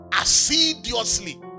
Assiduously